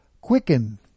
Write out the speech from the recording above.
Quicken